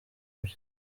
bye